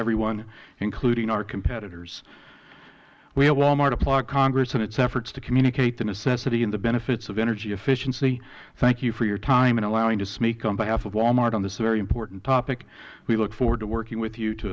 everyone including our competitors we at wal mart applaud congress in its efforts to communicate the necessity and the benefits of energy efficiency thank you for your time in allowing me to speak on behalf of wal mart on this very important topic we look forward to working with you to